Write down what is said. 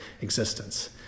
existence